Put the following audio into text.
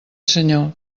senyor